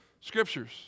Scriptures